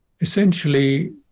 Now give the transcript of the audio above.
essentially